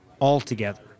altogether